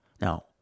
Now